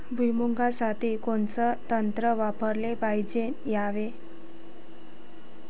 भुइमुगा साठी कोनचं तंत्र वापराले पायजे यावे?